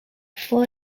for